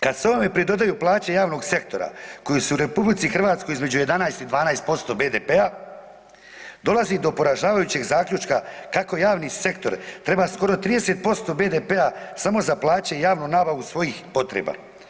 Kada se ovome pridodaju plaće javnog sektora koji su u RH između 11 i 12% BDP-a dolazi do poražavajućeg zaključka kako javni sektor treba skoro 30% BDP-a samo za plaće i javnu nabavu svojih potreba.